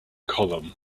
column